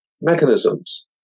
mechanisms